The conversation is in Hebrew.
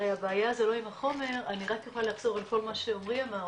אני רק יכולה לחזור על כל מה שעמרי אמר,